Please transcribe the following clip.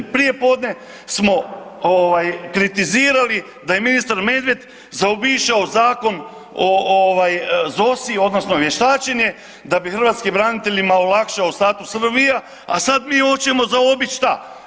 Prijepodne smo kritizirali da je ministar Medved zaobišao zakon o ZOSI odnosno vještačenje da bi hrvatskim braniteljima olakšao status HRVI-a, a sad mi hoćemo zaobić šta?